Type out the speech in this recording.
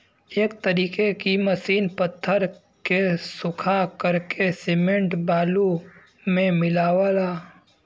एक तरीके की मसीन पत्थर के सूरा करके सिमेंट बालू मे मिलावला